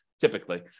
typically